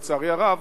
לצערי הרב